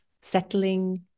settling